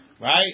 Right